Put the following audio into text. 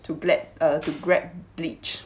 to grab uh to grab bleach